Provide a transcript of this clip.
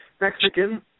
Mexican